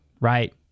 right